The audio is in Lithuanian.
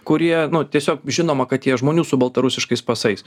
kurie nu tiesiog žinoma kad tie žmonių su baltarusiškais pasais